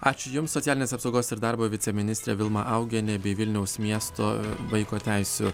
ačiū jums socialinės apsaugos ir darbo viceministrė vilma augienė bei vilniaus miesto vaiko teisių